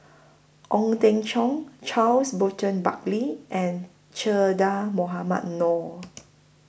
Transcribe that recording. Ong Teng Cheong Charles Burton Buckley and Che Dah Mohamed Noor